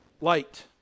light